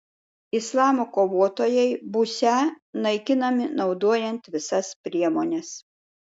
islamo kovotojai būsią naikinami naudojant visas priemones